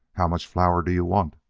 how much flour do you want?